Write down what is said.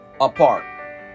apart